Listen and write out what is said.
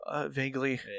Vaguely